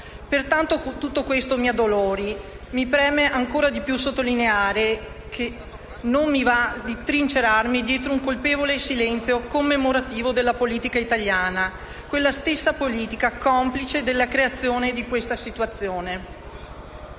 Per quanto tutto questo mi addolora, mi preme ancora di più sottolineare che non mi va di trincerarmi dietro un colpevole silenzio commemorativo della politica italiana, quella stessa politica complice della creazione di questa situazione.